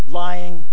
lying